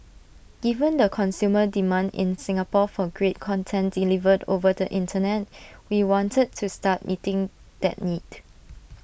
given the consumer demand in Singapore for great content delivered over the Internet we wanted to start meeting that need